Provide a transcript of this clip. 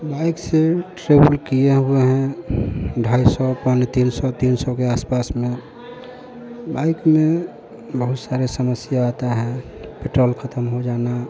bike से travel किए हुए हैं ढाई सौ पौने तीन सौ तीन सौ के आसपास में बाइक में बहुत सारे समस्या आते हैं पेट्रोल खत्म हो जाना